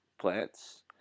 plants